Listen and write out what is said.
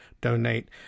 donate